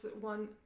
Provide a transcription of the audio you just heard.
one